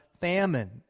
famine